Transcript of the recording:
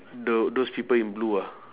tho~ those people in blue ah